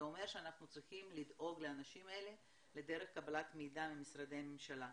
זה אומר שאנחנו צריכים לדאוג לאנשים לדרך קבלת מידע ממשרדי הממשלה.